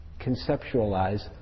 conceptualize